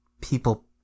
people